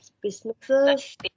businesses